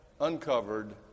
uncovered